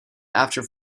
after